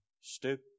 Stoop